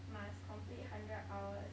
must complete hundred hours